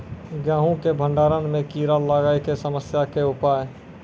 गेहूँ के भंडारण मे कीड़ा लागय के समस्या के उपाय?